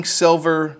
silver